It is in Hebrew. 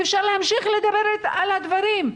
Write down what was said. אי אפשר להמשיך לדבר על הדברים.